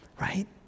right